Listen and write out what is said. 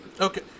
Okay